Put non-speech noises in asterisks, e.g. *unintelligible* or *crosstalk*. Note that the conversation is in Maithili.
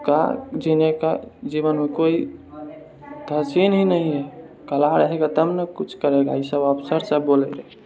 का जीने का जीवनमे कोइ *unintelligible* पहिचान ही नहि हइ कला रहेगा तब ने कुछो करेगा ईसब अफसर सब बोलय रहय